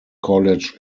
college